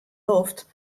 loft